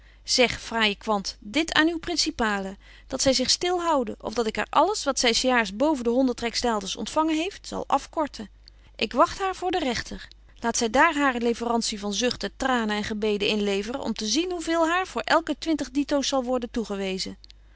zeg fraaije kwant dit aan uwe principale dat zy zich stil houde of dat ik haar alles wat zy s jaars boven de honderd ryksdaalders ontfangen heeft zal afkorten ik wagt haar voor den rechter laat zy daar hare leverantie van zuchten tranen en gebeden inleveren om te zien hoe veel haar voor elke twintig ditoos zal worden toegewezen